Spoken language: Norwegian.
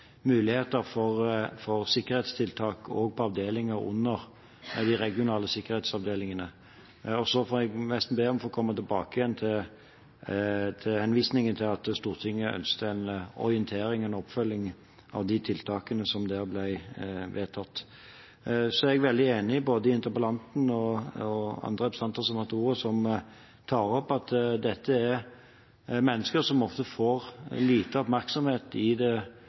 muligheter for sikkerhetstiltak også på avdelinger under de regionale sikkerhetsavdelingene. Så må jeg nesten be om å få komme tilbake til henvisningen til at Stortinget ønsket en orientering og en oppfølging av de tiltakene som der ble vedtatt. Så er jeg veldig enig både med interpellanten og andre representanter som har hatt ordet, som tar opp at dette er mennesker som ofte får liten oppmerksomhet i den daglige politiske diskusjonen, og så dukker det opp enkeltsaker som gjør at det